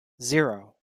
zero